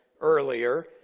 earlier